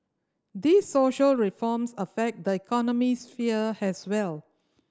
these social reforms affect the economic sphere as well